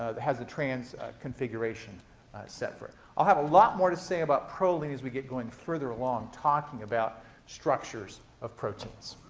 has a trans configuration set for it. i'll have a lot more to say about proline as we get going further along, talking about structures of proteins.